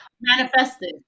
manifested